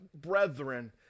brethren